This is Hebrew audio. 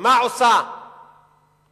ומה עושה המדינה?